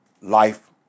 life